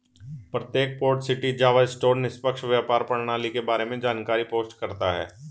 प्रत्येक port city Java store निष्पक्ष व्यापार प्रणाली के बारे में जानकारी पोस्ट करता है